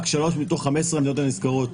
רק שלוש מתוך 15 המדינות הנזכרות,